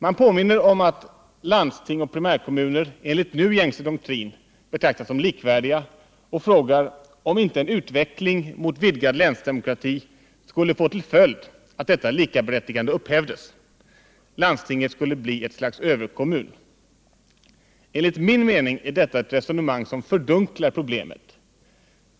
Man påminner om att landsting och primärkommuner enligt nu gängse doktrin betraktas som likvärdiga och frågar, om inte en utveckling mot vidgad länsdemokrati skulle få till följd att detta likaberättigande upphävdes. Landstinget skulle bli ett slags överkommun. Enligt min mening är detta ett resonemang som fördunklar problemet.